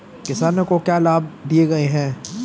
किसानों को क्या लाभ दिए गए हैं?